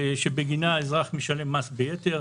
שבגינה האזרח משלם מס ביתר.